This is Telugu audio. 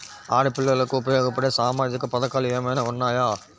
ఆడపిల్లలకు ఉపయోగపడే సామాజిక పథకాలు ఏమైనా ఉన్నాయా?